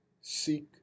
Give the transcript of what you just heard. seek